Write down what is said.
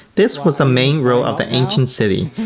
this was the main road of the ancient city.